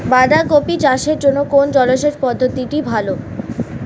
বাঁধাকপি চাষের জন্য কোন জলসেচ পদ্ধতিটি ভালো?